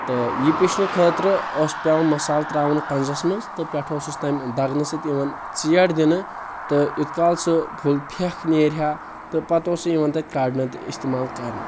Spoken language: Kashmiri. تہٕ یہِ پشنہٕ خٲطرٕ اوس پٮ۪وان مسال تراوُن کنٛزس منٛز تہٕ پٮ۪ٹھہٕ اوسُس تمہِ دگنہٕ سۭتۍ یِون ژیٹھ دِنہٕ تہٕ یُت کال سُہ پھُل پھیٚکھ نیرہا تہٕ پتہٕ اوس سُہ یِوان تتہِ کڑنہٕ تہٕ استعمال کرنہٕ